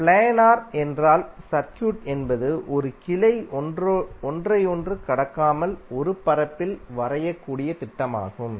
planar என்றால் circuit என்பது ஒரு கிளை ஒன்றையொன்று கடக்காமல் ஒரு பரப்பில் வரையக்கூடிய திட்டமாகும்